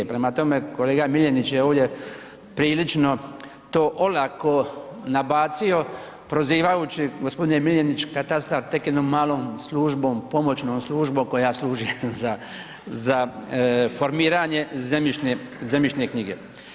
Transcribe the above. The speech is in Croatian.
Prema tome, kolega Miljenić je ovdje prilično to olako nabacio prozivajući, gospodine Miljenić, katastar tek jednom malom službom, pomoćnom službom koja služi za, za formiranje zemljišne, zemljišne knjige.